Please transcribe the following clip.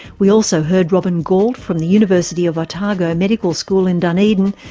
we also heard robin gauld from the university of otago medical school in dunedin,